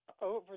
Over